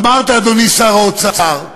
אמרת, אדוני שר האוצר: